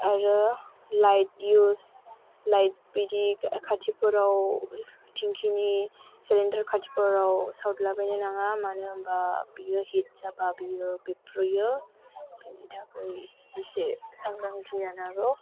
आरो light use light बिदि खाथिफोराव थिंख्लिनि सिलिन्दार खाथिफोराव सावलाबायनो नाङा मानो होनब्ला बेयो हिट जाबा बेयो बेरफ्रुयो बेनि थाखाय इसे सांग्रांथि लानांगौ